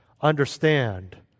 understand